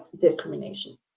discrimination